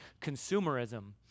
consumerism